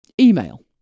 Email